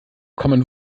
common